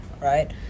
right